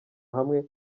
hamwe